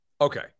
Okay